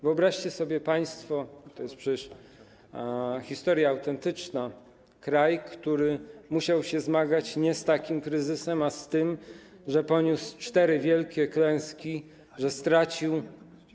Wyobraźcie sobie państwo - to jest historia autentyczna - kraj, który musiał się zmagać nie z takim kryzysem, a z tym, że poniósł cztery wielkie klęski, że stracił.